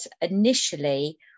initially